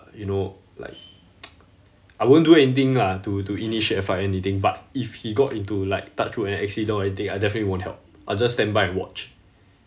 you know like I won't do anything lah to to initiate a fire or anything but if he got into like touch wood an accident or anything I definitely won't help I'll just stand by and watch